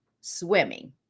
swimming